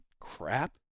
crap